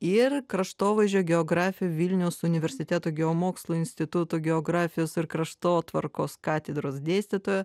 ir kraštovaizdžio geografė vilniaus universiteto geomokslų instituto geografijos ir kraštotvarkos katedros dėstytoja